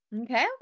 Okay